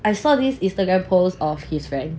I saw this Instagram post of his friend